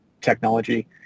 technology